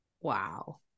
Wow